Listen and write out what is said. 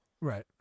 Right